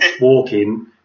walking